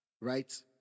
right